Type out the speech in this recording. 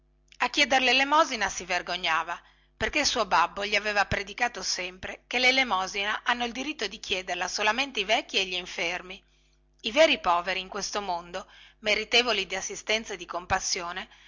a chiedere lelemosina si vergognava perché il suo babbo gli aveva predicato sempre che lelemosina hanno il diritto di chiederla solamente i vecchi e glinfermi i veri poveri in questo mondo meritevoli di assistenza e di compassione